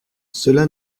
cela